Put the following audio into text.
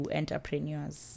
entrepreneurs